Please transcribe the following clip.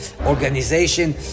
organization